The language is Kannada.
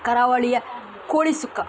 ಕರಾವಳಿಯ ಕೋಳಿಸುಕ್ಕ